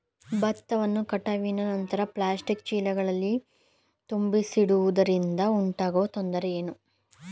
ಭತ್ತವನ್ನು ಕಟಾವಿನ ನಂತರ ಪ್ಲಾಸ್ಟಿಕ್ ಚೀಲಗಳಲ್ಲಿ ತುಂಬಿಸಿಡುವುದರಿಂದ ಉಂಟಾಗುವ ತೊಂದರೆ ಏನು?